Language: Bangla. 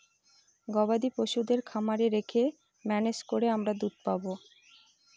গবাদি পশুদের খামারে রেখে ম্যানেজ করে আমরা দুধ পাবো